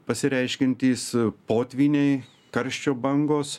pasireiškiantys potvyniai karščio bangos